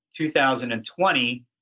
2020